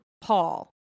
Paul